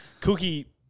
Cookie